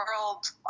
world